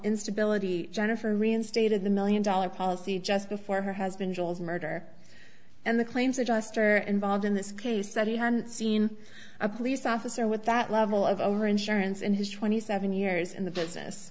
instability jennifer reinstated the million dollar policy just before her husband jules murder and the claims adjuster involved in this case that he hadn't seen a police officer with that level of our insurance in his twenty seven years in the business